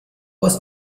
was